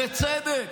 ובצדק,